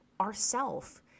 ourself